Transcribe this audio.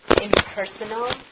impersonal